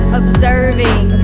observing